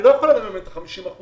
היא לא יכולה לממן את ה-50%,